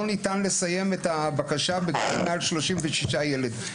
לא ניתן לסיים את הבקשה מעל 36 ילדים,